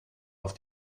auf